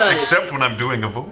ah except when i'm doing a voice.